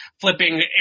flipping